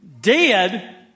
dead